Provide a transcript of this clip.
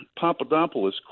Papadopoulos